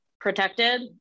protected